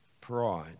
pride